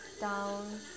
down